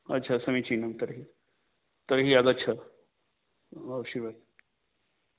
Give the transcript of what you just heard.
अच्छा समीचीनं तर्हि तर्हि आगच्छ अवश्यम्